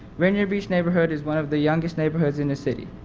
rainier beach neighborhood is one of the youngest neighborhoods in the city.